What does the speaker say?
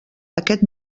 aquest